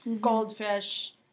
goldfish